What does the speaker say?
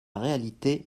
réalité